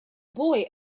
boy